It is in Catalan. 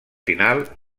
final